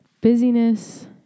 Busyness